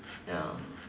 ya